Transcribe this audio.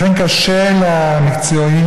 לכן קשה למקצועיים,